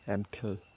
Enfield